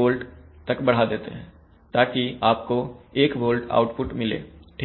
volt तक बढ़ा देते हैं ताकि आपको 1 volt आउटपुट मिले ठीक है